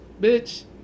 bitch